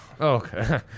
okay